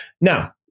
now